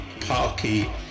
Parky